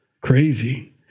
Crazy